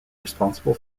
responsible